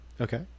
Okay